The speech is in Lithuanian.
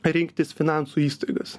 rinktis finansų įstaigas